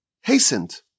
hastened